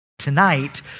Tonight